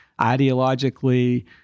ideologically